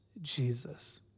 Jesus